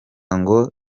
ngo